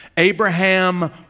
Abraham